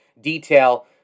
detail